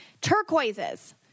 Turquoises